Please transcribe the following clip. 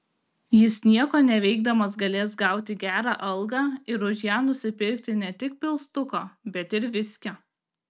jis nieko neveikdamas galės gauti gerą algą ir už ją nusipirkti ne tik pilstuko bet ir viskio